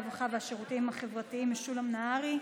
הרווחה והשירותים החברתיים משולם נהרי.